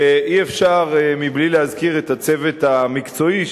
ואי-אפשר בלי להזכיר את הצוות המקצועי,